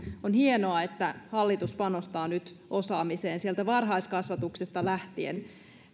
on hienoa että hallitus panostaa nyt osaamiseen sieltä varhaiskasvatuksesta lähtien